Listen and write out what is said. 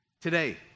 Today